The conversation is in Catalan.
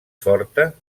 forta